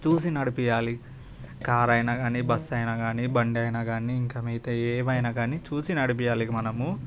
చూసి నడిపియాలి కార్ అయినా కాని బస్సు అయినా కాని బండి అయినా కాని ఇంక మీతో ఏమైనా కానీ చూసి నడిపియాలి ఇక మనము